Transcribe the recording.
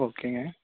ஓகேங்க